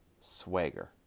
swagger